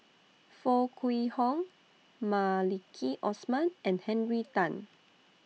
Foo Kwee Horng Maliki Osman and Henry Tan